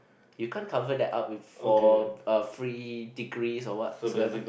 you can't cover that up with for a free degrees or whatsoever